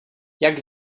jak